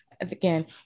again